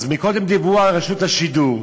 אז קודם דיברו על רשות השידור,